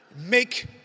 make